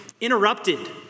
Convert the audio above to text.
interrupted